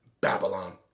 Babylon